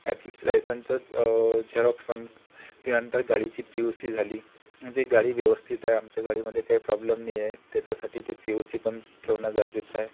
at least लायसनचं xerox पण त्यानंतर गाडीची पी यू सी झाली जे गाडी व्यवस्थित आहे आमच्या गाडीमध्ये काही प्रॉब्लेम नाही आहे त्याच्यासाठी ते पी यू सी पण ठेवणं गरजेचं आहे